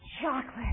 chocolate